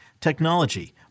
technology